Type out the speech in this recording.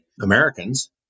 Americans